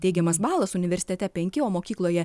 teigiamas balas universitete penki o mokykloje